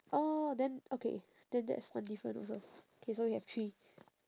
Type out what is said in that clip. oh then okay then that's one different also okay so we have three